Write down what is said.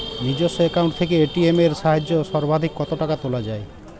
নিজস্ব অ্যাকাউন্ট থেকে এ.টি.এম এর সাহায্যে সর্বাধিক কতো টাকা তোলা যায়?